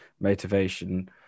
motivation